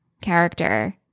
character